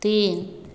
तीन